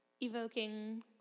evoking